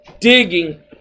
digging